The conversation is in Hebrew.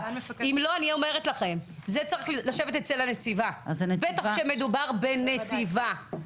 אם לא זה צריך לשבת אצל הנציבה; בטח כשמדובר בנציבה.